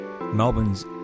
Melbourne's